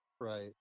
right